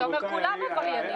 אתה אומר כולם עבריינים.